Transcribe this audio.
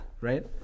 right